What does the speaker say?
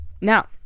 Now